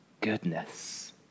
goodness